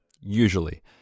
usually